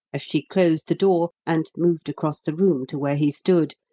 as she closed the door and moved across the room to where he stood,